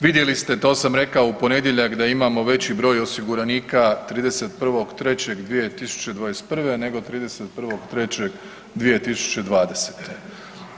Vidjeli ste to sam rekao u ponedjeljak da imamo veći broj osiguranika 31.3.2021. nego 31.3.2020.